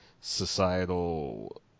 societal